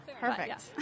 perfect